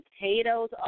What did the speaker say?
potatoes